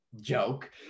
joke